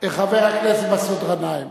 סעיד, חבר הכנסת מסעוד גנאים.